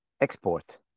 export